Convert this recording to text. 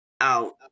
out